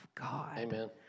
Amen